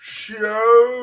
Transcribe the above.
show